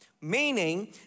Meaning